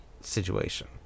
situation